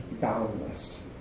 boundless